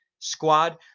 squad